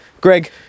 Greg